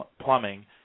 plumbing